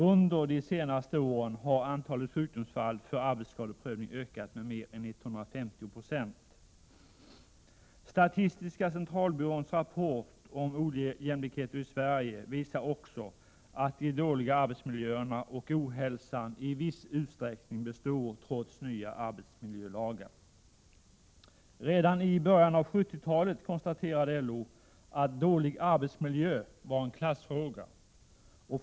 Under de senaste åren har antalet sjukdomsfall för arbetsskadeprövning ökat med mer än 150 96. Statistiska centalbyråns rapport om ”Ojämlikheter i Sverige” visar också att de dåliga arbetsmiljöerna och ohälsan i viss utsträckning består trots nya arbetsmiljölagar. Redan i början av 1970-talet konstaterade LO att dålig arbetsmiljö var en klassfråga.